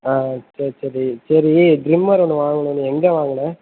ஆ சரி சரி சரி ட்ரிம்மர் ஒன்று வாங்குனல்ல நீ எங்கே வாங்கின